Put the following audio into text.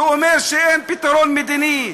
שאומר שאין פתרון מדיני,